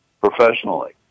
professionally